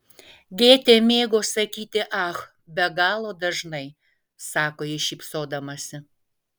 gėtė mėgo sakyti ach be galo dažnai sako ji šypsodamasi